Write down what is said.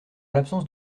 l’absence